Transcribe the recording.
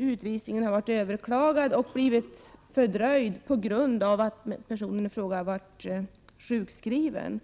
Utvisningen har överklagats och blivit fördröjd på grund av att personen i fråga har varit sjukskriven.